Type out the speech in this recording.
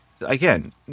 again